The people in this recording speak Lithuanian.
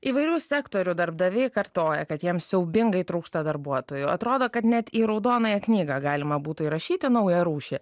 įvairių sektorių darbdaviai kartoja kad jiem siaubingai trūksta darbuotojų atrodo kad net į raudonąją knygą galima būtų įrašyti naują rūšį